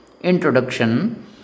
Introduction